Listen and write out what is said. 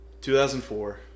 2004